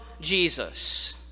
Jesus